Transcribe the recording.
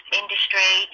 industry